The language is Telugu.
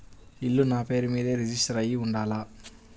ఇల్లు నాపేరు మీదే రిజిస్టర్ అయ్యి ఉండాల?